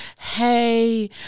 hey